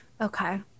Okay